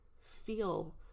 feel